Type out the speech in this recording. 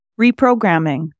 reprogramming